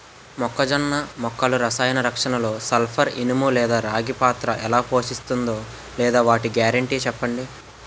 మొక్కజొన్న మొక్కల రసాయన రక్షణలో సల్పర్, ఇనుము లేదా రాగి పాత్ర ఎలా పోషిస్తుందో లేదా వాటి గ్యారంటీ చెప్పండి